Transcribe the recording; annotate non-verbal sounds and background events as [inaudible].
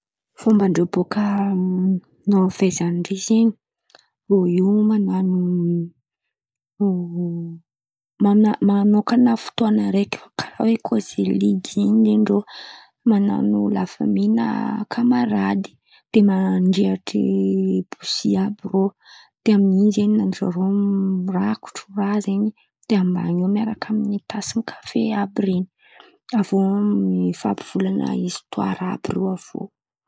Fomban-drô boka norvezy an̈y ndraiky zen̈y. Rô io man̈ano [laughs] mano- manokana fotoan̈a araiky karà oekasilidy zen̈y, zen̈y nin-drô. Man̈ano lafamy na kamarady, de mandreatry bozia àby irô. De amin'in̈y zarô mirakotrô raha zen̈y. De ambany io miaraka ami-tasy kafe àby iren̈y, aviô mifampivolan̈a histoara àby irô avô.